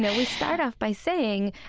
yeah we start off by saying,